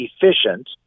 efficient